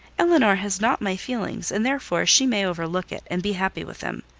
elinor has not my feelings, and therefore she may overlook it, and be happy with him.